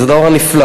וזה דבר נפלא.